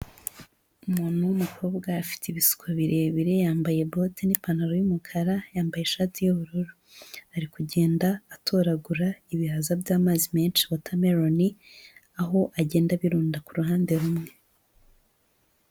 Umuntu w'umukobwa afite ibisuko birebire yambaye bote n'ipantaro y'umukara yambaye ishati y'ubururu. Ari kugenda atoragura ibihaza by'amazi menshi watermelon aho agenda abirunda ku ruhande rumwe.